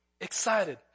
Excited